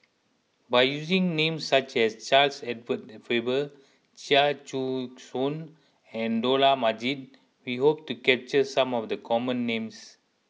by using names such as Charles Edward Faber Chia Choo Suan and Dollah Majid we hope to capture some of the common names